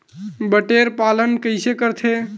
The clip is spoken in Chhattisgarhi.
बटेर पालन कइसे करथे?